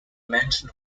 mansion